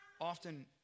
often